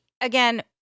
Again